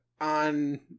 on